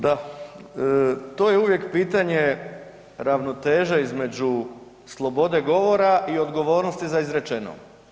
Da, to je uvijek pitanje ravnoteže između slobode govora i odgovornosti za izrečeno.